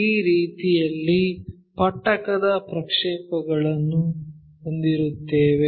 ಈ ರೀತಿಯಲ್ಲಿ ಪಟ್ಟಕದ ಪ್ರಕ್ಷೇಪಗಳನ್ನು ಹೊಂದಿರುತ್ತೇವೆ